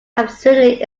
absolutely